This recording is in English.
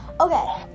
Okay